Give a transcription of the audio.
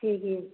ଠିକ୍ ଅଛି